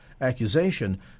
accusation